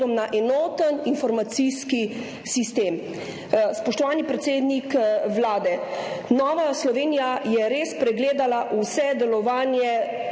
na enoten informacijski sistem. Spoštovani predsednik Vlade, Nova Slovenijaje res pregledala delovanje